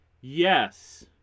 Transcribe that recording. Yes